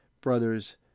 brothers